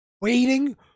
waiting